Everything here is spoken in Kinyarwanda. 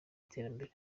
iterambere